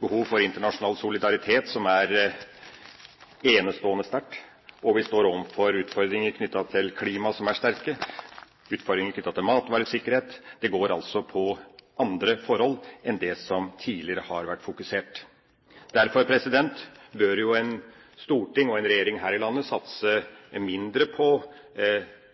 behov for internasjonal solidaritet som er enestående sterkt, vi står overfor store utfordringer knyttet til klimaet og utfordringer knyttet til matvaresikkerhet. Det går altså på andre forhold enn det som det tidligere har vært fokusert på. Derfor bør jo storting og regjering her i landet satse mindre på